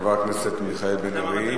חבר הכנסת מיכאל בן-ארי.